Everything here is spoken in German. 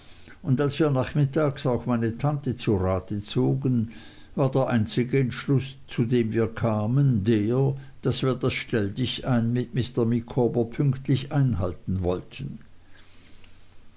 und als wir nachmittags auch meine tante zu rate zogen war der einzige entschluß zu dem wir kamen der daß wir das stelldichein mit mr micawber pünktlich einhalten wollten